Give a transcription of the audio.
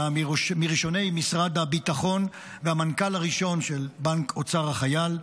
היה מראשוני משרד הביטחון והמנכ"ל הראשון של בנק אוצר החייל.